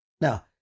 Now